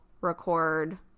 record